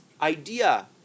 idea